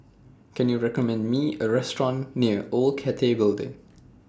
Can YOU recommend Me A Restaurant near Old Cathay Building